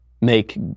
make